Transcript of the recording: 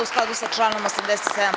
U skladu sa članom 87.